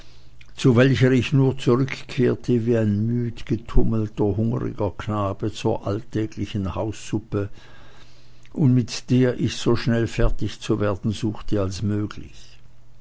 zu welcher ich nur zurückkehrte wie ein müdgetummelter hungriger knabe zur alltäglichen haussuppe und mit der ich so schnell fertig zu werden suchte als möglich